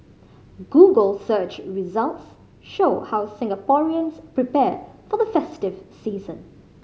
Google search results show how Singaporeans prepare for the festive season